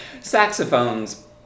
Saxophones